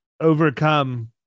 overcome